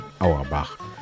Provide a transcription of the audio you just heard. Auerbach